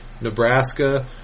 Nebraska